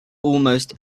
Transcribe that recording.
almost